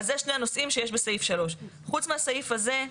אז אלה שני הנושאים שיש בסעיף 3. חוץ מהסעיף הזה,